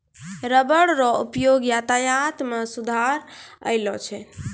rubber रो उपयोग यातायात मे सुधार अैलौ छै